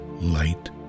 light